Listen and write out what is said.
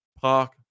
Park